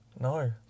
No